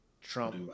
Trump